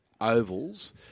ovals